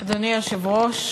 אדוני היושב-ראש,